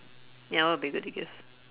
ya what would be good to give